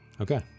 Okay